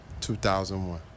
2001